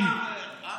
עזוב, עזוב.